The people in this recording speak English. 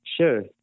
Sure